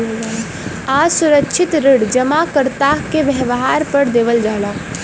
असुरक्षित ऋण जमाकर्ता के व्यवहार पे देवल जाला